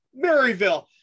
Maryville